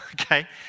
okay